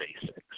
basics